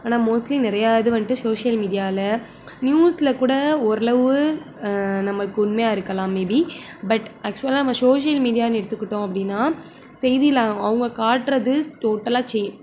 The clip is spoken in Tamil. ஆனால் மோஸ்ட்லி நிறைய இது வந்துட்டு சோஷியல் மீடியாவில் நியூஸில் கூட ஓரளவு நம்மளுக்கு உண்மையாக இருக்கலாம் மேபீ பட் ஆக்சுவலாக நம்ம சோஷியல் மீடியான்னு எடுத்துக்கிட்டோம் அப்படின்னா செய்தியில் அவங்க காட்டுறது டோட்டலாக